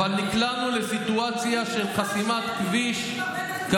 אבל נקלענו לסיטואציה של חסימת כבישים,